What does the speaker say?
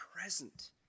present